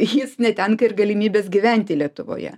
jis netenka ir galimybės gyventi lietuvoje